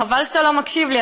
חבל שאתה לא מקשיב לי,